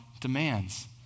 demands